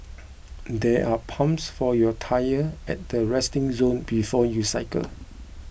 there are pumps for your tyre at the resting zone before you cycle